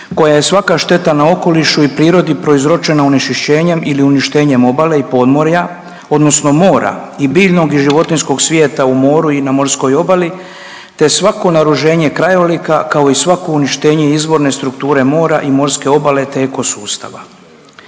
koja je svaka šteta na okolišu i prirodi prouzročena onečišćenjem ili uništenjem obale i podmorja odnosno mora i biljnog i životinjskog svijeta u moru i na morskoj obali te svako naruženje krajolika kao i svako uništenje izvorne strukture mora i morske obale te ekosustava.